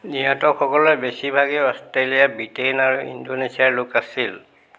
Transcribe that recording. নিহতসকলে বেছিভাগেই Australia Britain আৰু ইণ্ডোনেছিয়াৰ লোক আছিল